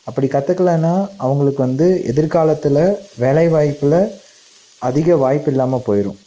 அப்படி கற்றுக்கலன்னா அவங்களுக்கு வந்து எதிர்காலத்தில் வேலைவாய்ப்பில் அதிக வாய்ப்பு இல்லாம போயிரும்